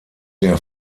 der